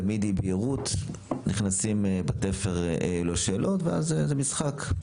תמיד אי בהירות נכנסים בתפר שאלות ואז זה משחק.